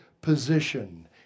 position